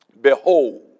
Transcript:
behold